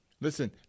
Listen